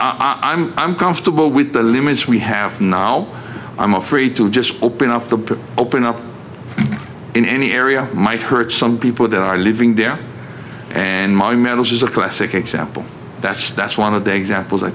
'm i'm comfortable with the limits we have now i'm afraid to just open up the open up in any area might hurt some people that are living there and my manager is a classic example that that's one of the examples i